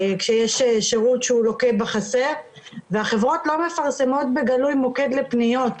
כשיש שירות שהוא לוקה בחסר והחברות לא מפרסמות בגלוי מוקד לפניות,